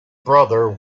brother